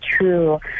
true